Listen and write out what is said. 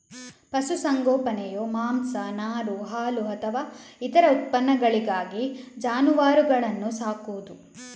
ಪಶು ಸಂಗೋಪನೆಯು ಮಾಂಸ, ನಾರು, ಹಾಲು ಅಥವಾ ಇತರ ಉತ್ಪನ್ನಗಳಿಗಾಗಿ ಜಾನುವಾರುಗಳನ್ನ ಸಾಕುದು